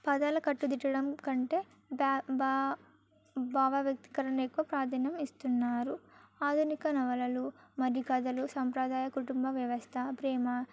పదాల కట్టుదిట్టం కంటే బ బా భావ వ్యక్తీకరణ ఎక్కువ ప్రాధాన్యం ఇస్తున్నారు ఆధునిక నవలలు మరికథలు సాంప్రదాయ కుటుంబ వ్యవస్థ ప్రేమ